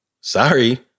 sorry